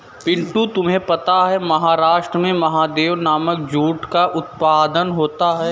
पिंटू तुम्हें पता है महाराष्ट्र में महादेव नामक जूट का उत्पादन होता है